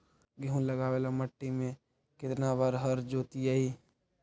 गेहूं लगावेल मट्टी में केतना बार हर जोतिइयै?